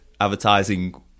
Advertising